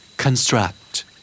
Construct